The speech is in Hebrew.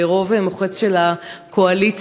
ברוב מוחץ של הקואליציה,